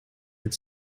that